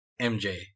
MJ